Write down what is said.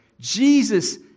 Jesus